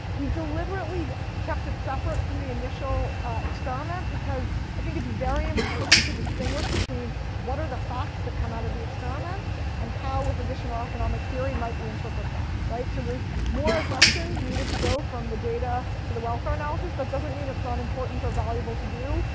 we deliberately kept it separate from the initial experiment because i think it's very important to distinguish between what are the facts that come out of the experiment and how with additional economic theory might we interpret them? so there's more assumptions needed to go from the data to the welfare analysis. it doesn't mean it's not important or valuable to do,